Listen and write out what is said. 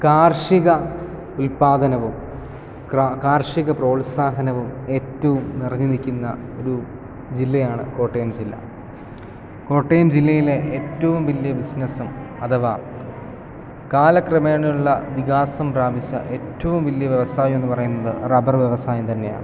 കാർഷിക ഉല്പാദനവും കാർഷിക പ്രോത്സാഹനവും ഏറ്റവും നിറഞ്ഞു നിൽക്കുന്ന ഒരു ജില്ലയാണ് കോട്ടയം ജില്ല കോട്ടയം ജില്ലയിലെ ഏറ്റവും വലിയ ബിസിനസ്സും അഥവാ കാലക്രമേണയുള്ള വികാസം പ്രാപിച്ച ഏറ്റവും വലിയ വ്യവസായം എന്ന് പറയുന്നത് റബ്ബറ് വ്യവസായം തന്നെയാണ്